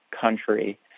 country